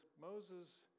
Moses